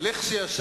יריב,